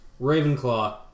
Ravenclaw